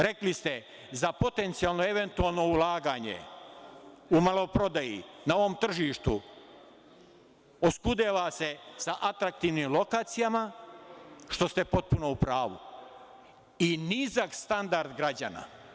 Rekli ste - za potencijalno eventualno ulaganje u maloprodaji na ovom tržištu oskudeva se sa atraktivnim lokacijama, što ste potpuno u pravu, i nizak standard građana.